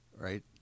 right